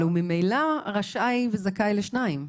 אבל הוא ממילא רשאי וזכאי לשניים.